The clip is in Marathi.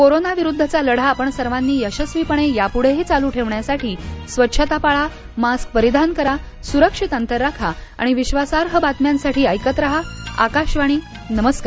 कोरोनाविरुद्धचा लढा आपण सर्वांनी यशस्वीपणे यापुढेही चालू ठेवण्यासाठी स्वच्छता पाळा मास्क परिधान करा सुरक्षित अंतर राखा आणि विश्वासार्ह बातम्यांसाठी ऐकत राहा आकाशवाणी नमस्कार